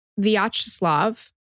Vyacheslav